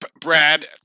Brad